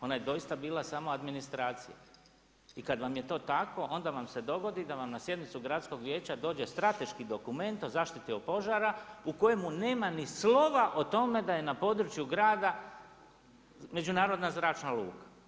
Ona je doista bila samo administracija i kada vam je to tako, onda vam se dogodi da vam na sjednicu gradskog vijeća dođe strateški dokument o zaštiti od požara u kojemu nema niti slova o tome da je na području grada međunarodna zračna luka.